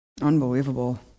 Unbelievable